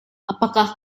apakah